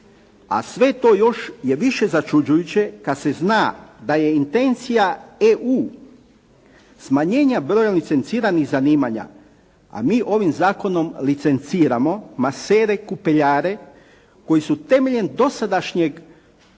a sve to još je više začuđujuće kad se zna da je intencija EU smanjenja broja licenciranih zanimanja, a mi ovim zakonom licenciramo masere kupeljare koji su temeljem dosadašnjeg stanja